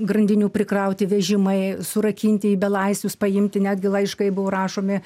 grandinių prikrauti vežimai surakinti į belaisvius paimti netgi laiškai buvo rašomi